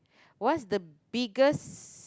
what's the biggest